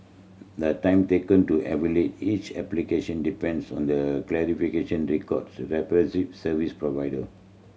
the time taken to evaluate each application depends on the clarification service provider